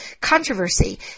controversy